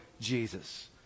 Jesus